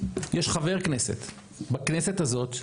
יש חבר כנסת בכנסת הזאת,